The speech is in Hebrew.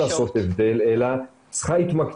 להיות תלויה רק ביוזמות אישיות אלא היא דורשת הגדרה,